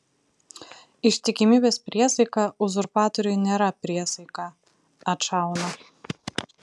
ištikimybės priesaika uzurpatoriui nėra priesaika atšauna